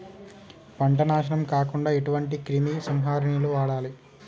పంట నాశనం కాకుండా ఎటువంటి క్రిమి సంహారిణిలు వాడాలి?